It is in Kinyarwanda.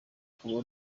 rukaba